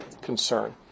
concern